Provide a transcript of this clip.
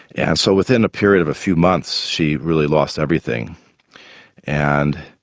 and so within a period of a few months she really lost everything and